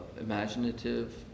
imaginative